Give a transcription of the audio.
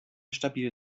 stabil